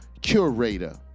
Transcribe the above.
curator